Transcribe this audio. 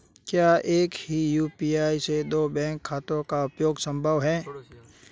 क्या एक ही यू.पी.आई से दो बैंक खातों का उपयोग करना संभव है?